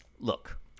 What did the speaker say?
Look